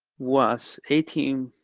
was eighty um